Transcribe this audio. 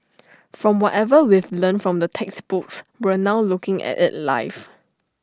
from whatever we've learnt from the textbooks now looking at IT life